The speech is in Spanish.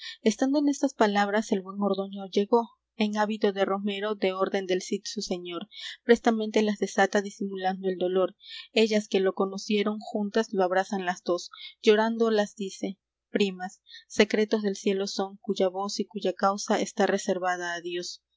estando en estas palabras el buen ordoño llegó en hábito de romero de orden del cid su señor prestamente las desata disimulando el dolor ellas que lo conocieron juntas lo abrazan las dos llorando las dice primas secretos del cielo son cuya voz y cuya causa está reservada á dios